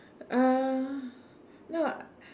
uh no